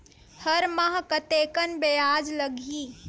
हर माह कतेकन ब्याज लगही?